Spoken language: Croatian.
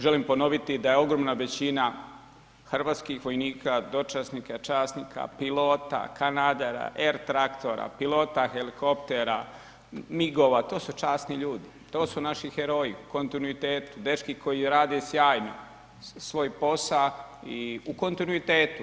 Želim ponoviti da je ogromna većina Hrvatskih vojnika, dočasnika, časnika, pilota, kanadera, Air Tractora, pilota helikoptera, MIG-ova to su časni ljudi, to su naši heroji u kontinuitetu, dečki koji rade sjajno svoj posao u kontinuitetu.